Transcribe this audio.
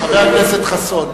חבר הכנסת חסון,